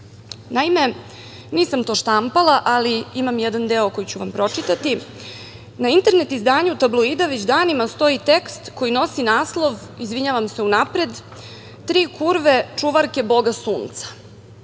nisam to štampala, ali imam jedan deo koji ću vam pročitati. Na internet izdanju „Tabloida“ već danima stoji tekst koji nosi naslov, izvinjavam se unapred – „Tri kurve čuvarke Boga Sunca“